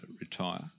retire